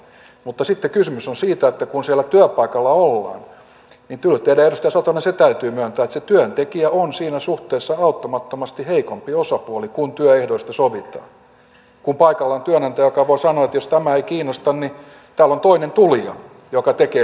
mutta sitten kysymys on siitä että kun siellä työpaikalla ollaan niin kyllä teidän edustaja satonen se täytyy myöntää että se työntekijä on siinä suhteessa auttamattomasti heikompi osapuoli kun työehdoista sovitaan kun paikalla on työnantaja joka voi sanoa että jos tämä ei kiinnosta niin täällä on toinen tulija joka tekee tämän tällä ehdolla